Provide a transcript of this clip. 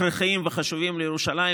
פרויקטים הכרחיים וחשובים לירושלים,